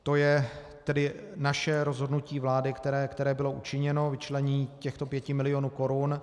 To je tedy naše rozhodnutí vlády, které bylo učiněno, vyčlenění těchto pěti milionů korun.